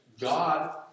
God